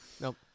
Nope